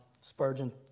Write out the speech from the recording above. Spurgeon